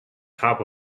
top